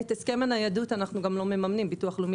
הסכם הניידות אנחנו לא מממנים.